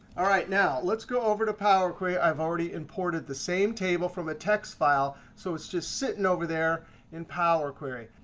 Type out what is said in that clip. all right, now, let's go over to power query. i've already imported the same table from a text file, so it's just sitting over there in power query.